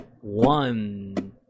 One